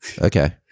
Okay